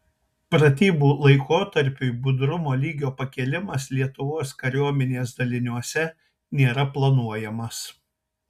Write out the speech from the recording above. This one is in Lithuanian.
pratybų laikotarpiui budrumo lygio pakėlimas lietuvos kariuomenės daliniuose nėra planuojamas